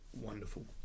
wonderful